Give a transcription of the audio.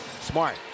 Smart